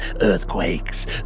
earthquakes